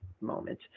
moment